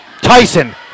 Tyson